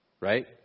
Right